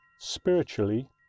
spiritually